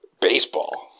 Baseball